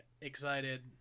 excited